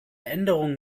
änderung